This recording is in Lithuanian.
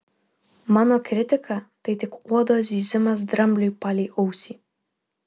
mano kritika tai tik uodo zyzimas drambliui palei ausį